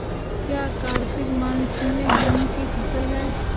क्या कार्तिक मास में गेहु की फ़सल है?